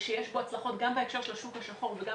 שיש לו הצלחות גם בהקשר של השוק השחור וגם